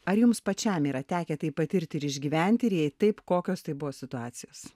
ar jums pačiam yra tekę tai patirti ir išgyventi ir jei taip kokios tai buvo situacijos